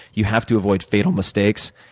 you have to avoid fatal mistakes,